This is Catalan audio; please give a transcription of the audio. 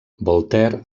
voltaire